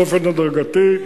באופן הדרגתי,